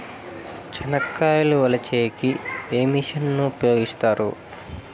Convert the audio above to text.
చెనక్కాయలు వలచే కి ఏ మిషన్ ను ఉపయోగిస్తారు?